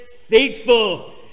faithful